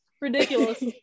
ridiculous